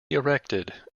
erected